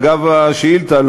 אגב השאילתה,